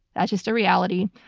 that's just a reality.